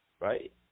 right